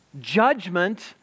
Judgment